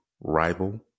rival